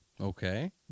okay